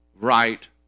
right